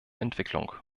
entwicklung